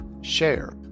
share